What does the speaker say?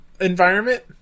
environment